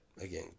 again